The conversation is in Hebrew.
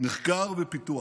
ממחקר ופיתוח,